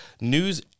news